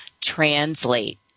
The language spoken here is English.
translate